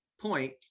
point